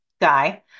guy